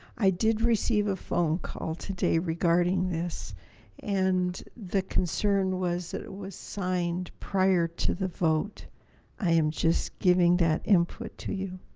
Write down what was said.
i did receive a phone call today regarding this and the concern was that it was signed prior to the vote i am just giving that input to you.